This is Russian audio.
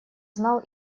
знал